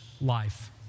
life